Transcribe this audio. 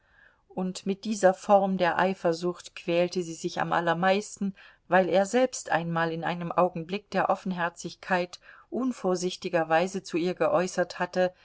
und mit dieser form der eifersucht quälte sie sich am allermeisten weil er selbst einmal in einem augenblick der offenherzigkeit unvorsichtigerweise zu ihr geäußert hatte